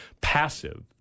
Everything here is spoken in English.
passive